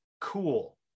Cool